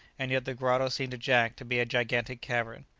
and yet the grotto seemed to jack to be a gigantic cavern.